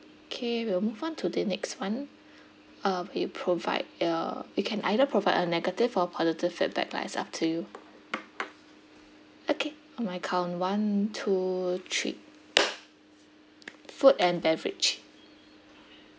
K we'll move on to the next one uh we provide uh you can either provide a negative or positive feedback lah it's up to you okay on my count one two three food and beverage